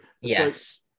Yes